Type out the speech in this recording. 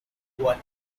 what